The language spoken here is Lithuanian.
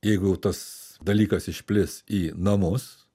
jeigu tas dalykas išplis į namus